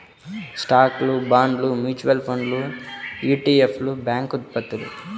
స్టాక్లు, బాండ్లు, మ్యూచువల్ ఫండ్లు ఇ.టి.ఎఫ్లు, బ్యాంక్ ఉత్పత్తులు